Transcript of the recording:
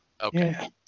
Okay